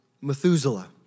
Methuselah